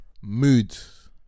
Moods